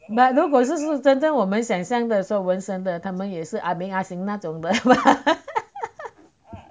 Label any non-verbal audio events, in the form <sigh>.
but 如果实时真正我们想象的时候纹身的他们也是 ah beng ah seng 那种的吗 <laughs>